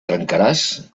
trencaràs